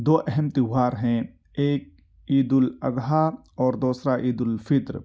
دو اہم تہوار ہیں ایک عید الاضحیٰ اور دوسرا عید الفطر